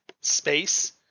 space